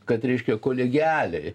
kad reiškia kolegialiai